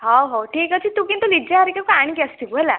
ହଉ ହଉ ଠିକ ଅଛି ତୁ କିନ୍ତୁ ଲିଜା ହେରିକା ଙ୍କୁ ଆଣିକି ଆସିଥିବୁ ହେଲା